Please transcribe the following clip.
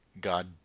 God